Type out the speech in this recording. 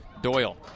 Doyle